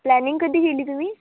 planning कधी केली तुम्ही